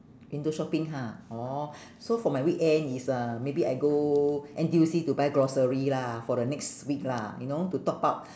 window shopping ha orh so for my weekend is uh maybe I go N_T_U_C to buy grocery lah for the next week lah you know to top up